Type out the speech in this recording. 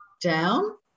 down